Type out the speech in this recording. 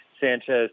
Sanchez